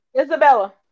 Isabella